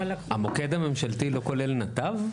אבל לקחו- המוקד הממשלתי, לא כולל נתב?